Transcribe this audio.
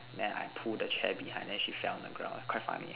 then I pull down the chair behind then she fell on the ground quite funny eh